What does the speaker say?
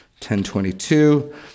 1022